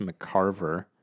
McCarver